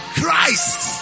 christ